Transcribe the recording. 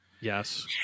Yes